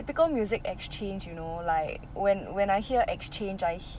typical music exchange you know like when when I hear exchange I